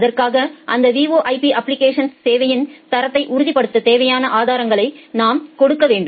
அதற்காக அந்த VoIP applications சேவையின் தரத்தை உறுதிப்படுத்த தேவையான ஆதாரங்களை நாம்கொடுக்க வேண்டும்